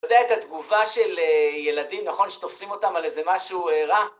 אתה יודע את התגובה של ילדים, נכון, שתופסים אותם על איזה משהו רע?